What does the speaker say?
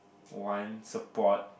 one support